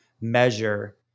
measure